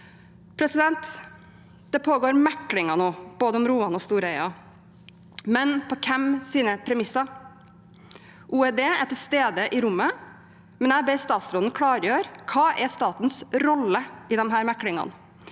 bedre. Det pågår meklinger nå om både Roan og Storheia, men på hvem sine premisser? OED er til stede i rommet, men jeg ber statsråden klargjøre dette: Hva er statens rolle i disse meklingene?